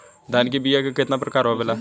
धान क बीया क कितना प्रकार आवेला?